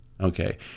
okay